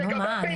נו מה,